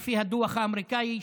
לפי הדוח האמריקאי,